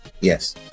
Yes